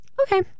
Okay